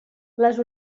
les